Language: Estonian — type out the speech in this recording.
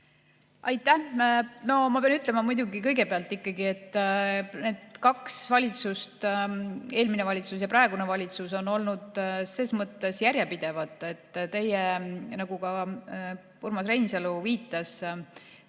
Aitäh! No ma pean ütlema muidugi kõigepealt ikkagi, et kaks valitsust, eelmine valitsus ja praegune valitsus, on olnud ses mõttes järjepidevad. Teie plaanisite, nagu Urmas Reinsalu viitas,